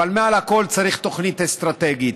אבל מעל הכול, צריך תוכנית אסטרטגית.